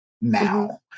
now